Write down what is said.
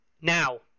now